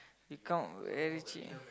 become very cheap